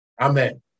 Amen